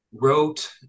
wrote